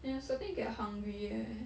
eh I starting get hungry eh